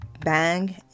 bang